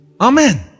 Amen